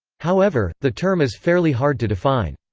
however, the term is fairly hard to define.